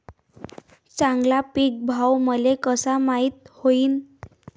चांगला पीक भाव मले कसा माइत होईन?